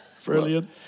Brilliant